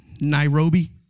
Nairobi